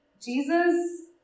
Jesus